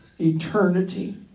eternity